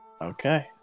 okay